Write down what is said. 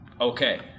Okay